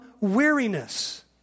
weariness